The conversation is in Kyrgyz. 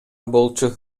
болчу